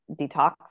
detox